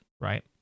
right